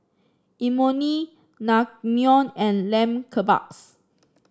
Imoni Naengmyeon and Lamb Kebabs